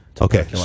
Okay